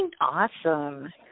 Awesome